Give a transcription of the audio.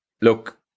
Look